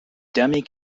demi